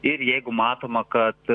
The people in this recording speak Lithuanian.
ir jeigu matoma kad